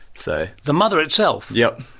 so the mother itself? yes,